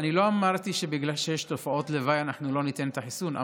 אני לא אמרתי שבגלל שיש תופעות לוואי אנחנו לא ניתן את החיסון,